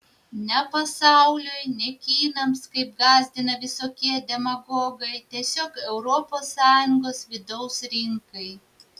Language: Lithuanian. ne pasauliui ne kinams kaip gąsdina visokie demagogai tiesiog europos sąjungos vidaus rinkai